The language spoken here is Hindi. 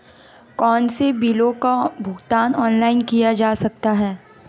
कौनसे बिलों का भुगतान ऑनलाइन किया जा सकता है?